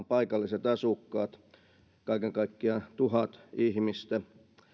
paikalliset asukkaat kaiken kaikkiaan tuhat ihmistä